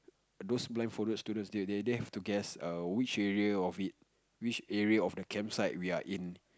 those blind folded students they they they have to guess err which area of it which area of the campsite we are in